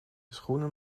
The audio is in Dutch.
schoenen